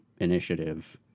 initiative